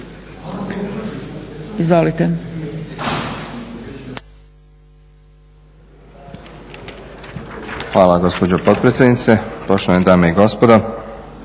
Berislav** Hvala gospođo potpredsjednice. Poštovane dame i gospodo.